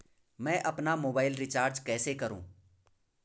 मैं अपना mobile recharge कैसे करूँ?